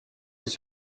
his